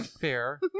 fair